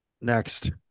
Next